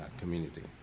community